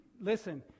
listen